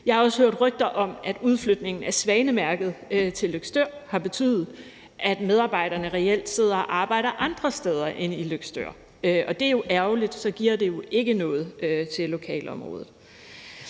Jeg har også hørt rygter om, at udflytningen af Svanemærket til Løgstør har betydet, at medarbejderne reelt sidder og arbejder andre steder end i Løgstør, og det er jo ærgerligt. Så giver det jo ikke noget til lokalområdet.